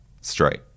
Straight